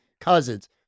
Cousins